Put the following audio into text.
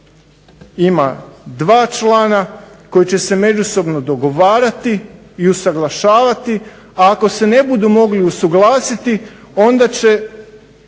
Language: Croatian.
Ima dva člana koji će se međusobno dogovarati i usaglašavati. A ako se ne budu mogli usuglasiti onda će